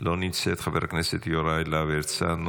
אינה נוכחת,